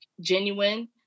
genuine